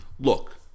Look